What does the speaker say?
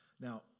Now